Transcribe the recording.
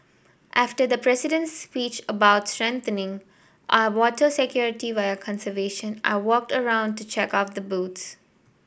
after the President's speech about strengthening our water security via conservation I walked around to check out the boots